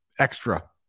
extra